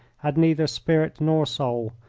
had neither spirit nor soul,